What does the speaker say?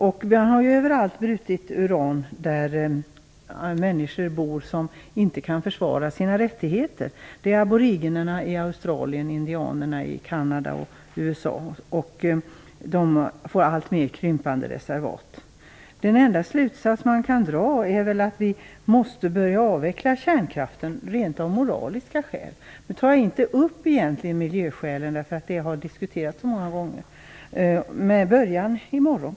Överallt där man har brutit uran bor människor som inte kan försvara sina rättigheter. Det handlar om aboriginerna i Australien och om indianerna i Kanada och USA. Deras reservat krymper alltmer. Den enda slutsats som man kan dra är väl att vi måste börja avveckla kärnkraften av moraliska skäl. Nu tar jag inte upp miljöskälen, eftersom de har diskuterats så många gånger. Kanske kan vi börja i morgon.